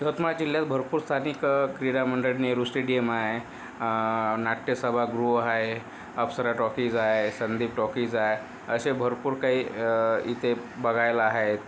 यवतमाळ जिल्ह्यात भरपूर स्थानिक क्रीडा मंडळ नेहरू स्टेडिअम आहे नाट्यसभागृह आहे अप्सरा टॉकीज आहे संदीप टॉकीज आहे असे भरपूर काही इथे बघायला आहेत